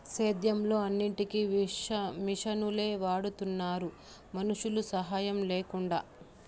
సేద్యంలో అన్నిటికీ మిషనులే వాడుతున్నారు మనుషుల సాహాయం లేకుండా